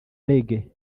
reggae